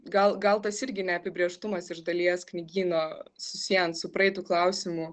gal gal tas irgi neapibrėžtumas iš dalies knygyno susiejant su praeitu klausimu